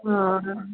हा हा